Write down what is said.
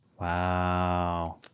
Wow